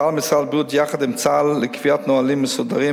פעל משרד הבריאות יחד עם צה"ל לקביעת נהלים מסודרים